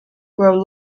grow